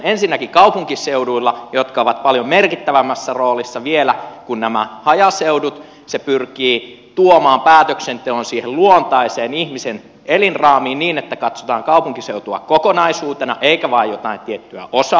ensinnäkin kaupunkiseuduilla jotka ovat paljon merkittävämmässä roolissa vielä kuin nämä hajaseudut se pyrkii tuomaan päätöksenteon siihen luontaiseen ihmisen elinraamiin niin että katsotaan kaupunkiseutua kokonaisuutena eikä vain jotain tiettyä osaa